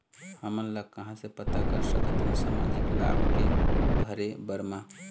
हमन कहां से पता कर सकथन सामाजिक लाभ के भरे बर मा?